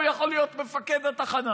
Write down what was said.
הוא יכול להיות מפקד התחנה